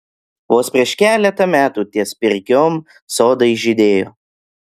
vos prieš keletą metų ties pirkiom sodai žydėjo